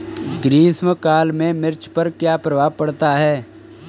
ग्रीष्म काल में मिर्च पर क्या प्रभाव पड़ता है?